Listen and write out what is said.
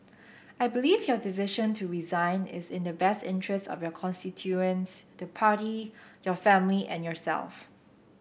I believe your decision to resign is in the best interest of your constituents the party your family and yourself